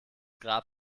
grab